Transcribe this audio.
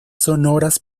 sonoras